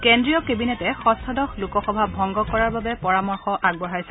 কেন্দ্ৰীয় কেবিনেটে ষষ্ঠদশ লোকসভা ভংগ কৰাৰ বাবে পৰামৰ্শ আগবঢ়াইছে